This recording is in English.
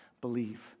believe